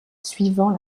suivant